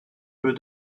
peu